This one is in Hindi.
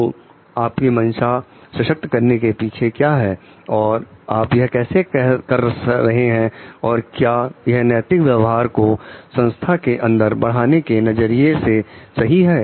तो आपकी मंशा सशक्त करने के पीछे क्या है और आप यह कैसे कर रहे हैं और क्या यह नैतिक व्यवहार को संस्था के अंदर बढ़ाने के नजरिए से सही है